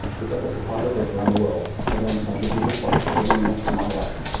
because of photographers around the world. again, thank you, google for bringing that to my life.